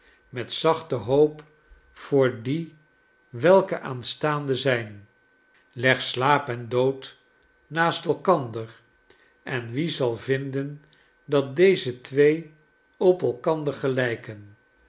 met zachte hoop voor die welke aanstaande zijn leg slaap en dood naast elkander en wie zal viriden dat deze twee op elkander gelijken